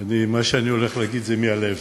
שאני הולך להגיד זה מהלב.